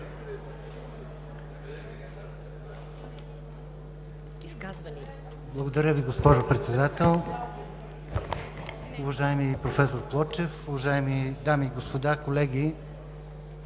Благодаря Ви, госпожо Председател. Уважаеми професор Плочев, уважаеми дами и господа, колеги!